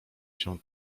się